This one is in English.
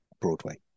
broadway